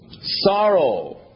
Sorrow